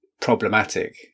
problematic